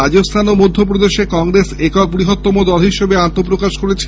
রাজস্হান ও মধ্যপ্রদেশে কংগ্রেস একক বৃহত্তম দল হিসেবে আত্মপ্রকাশ করেছে